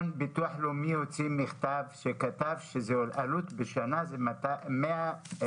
ביטוח לאומי הוציא מכתב שכתב שעלות בשנה זה 102